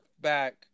back